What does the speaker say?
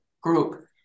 group